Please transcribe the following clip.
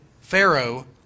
Pharaoh